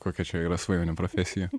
kokia čia yra svajonių profesija